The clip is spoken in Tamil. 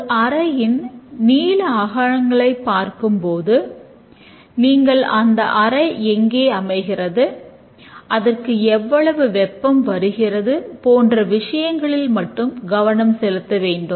ஒரு அறையின் நீள அகலங்களை பார்க்கும்போது நீங்கள் அந்த அறை எங்கே அமைகிறது அதற்கு எவ்வளவு வெப்பம் வருகிறது போன்ற விஷயங்களில் மட்டும் கவனம் செலுத்த வேண்டும்